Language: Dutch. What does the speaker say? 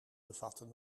bevatten